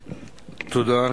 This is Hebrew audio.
תודה.